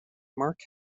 mark